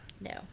No